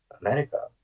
America